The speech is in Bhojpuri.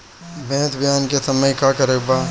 भैंस ब्यान के समय का करेके बा?